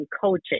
coaching